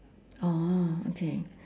oh okay